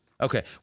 Okay